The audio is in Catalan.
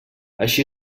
així